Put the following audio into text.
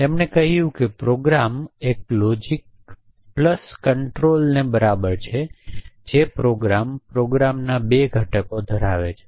તેણે કહ્યું હતું કે પ્રોગ્રામ એ લોજિક અને કંટ્રોલનું સંયોજન છે અને તેથી પ્રોગ્રામમાં 2 ઘટકો હોય છે